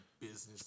business